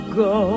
go